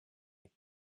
make